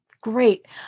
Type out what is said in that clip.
Great